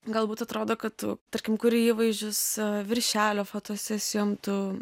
galbūt atrodo kad tu tarkim kurį įvaizdžius viršelio fotosesijom tu